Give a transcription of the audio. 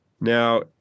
Now